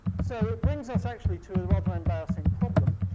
so it brings us actually to a rather embarrassing problem,